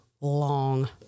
long